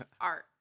art